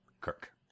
Kirk